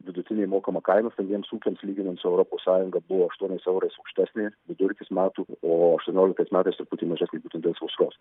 vidutinė mokama kaina stambiems ūkiams lyginant su europos sąjunga buvo aštuoniais eurais aukštesnė vidurkis metų o aštuonioliktais metais truputį mažesnė būtent dėl sausros